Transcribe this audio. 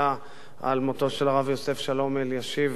מותו של הרב יוסף שלום אלישיב זצ"ל.